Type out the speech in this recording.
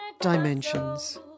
dimensions